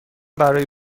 برای